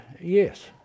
yes